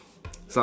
sup